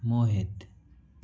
मोहित